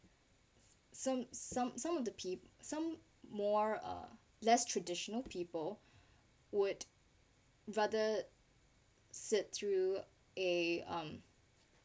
some some some of the peop~ some more uh less traditional people would rather sit through a um